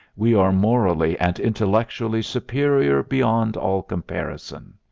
we are morally and intellectually superior beyond all comparison.